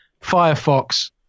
Firefox